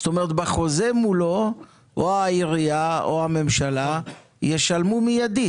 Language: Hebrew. זאת אומרת בחוזה מולו או העירייה או הממשלה ישלמו מיידית,